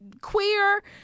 queer